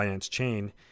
Chain